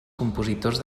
compositors